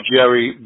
Jerry